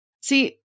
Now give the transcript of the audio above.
See